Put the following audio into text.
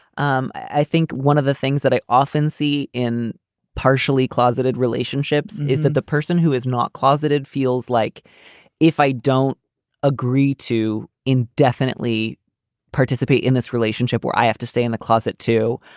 um i think one of the things that i often see in partially closeted relationships is that the person who is not closeted feels like if i don't agree to indefinitely participate in this relationship where i have to stay in the closet too,